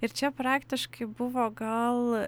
ir čia praktiškai buvo gal